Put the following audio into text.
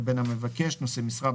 הנאשם או הנחקר לבין המבקש (נושא משרה,